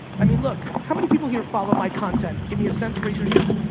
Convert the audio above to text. i mean, look how many people here follow my content. give me a sense. raise your hands.